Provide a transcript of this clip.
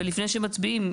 ולפני שמצביעים,